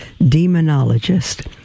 demonologist